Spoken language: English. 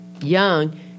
young